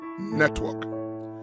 Network